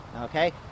okay